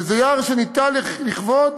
וזה יער שניטע לכבודו,